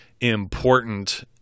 important